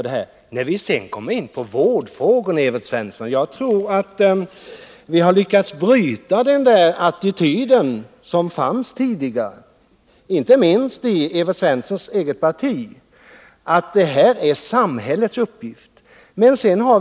Beträffande vårdfrågorna, Evert Svensson, måste jag säga att vi har lyckats bryta den tidigare attityden — det gäller inte minst Evert Svenssons eget parti — att det här är en uppgift enbart för samhället.